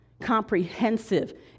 comprehensive